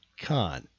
Con